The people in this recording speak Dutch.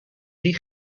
die